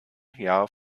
jahr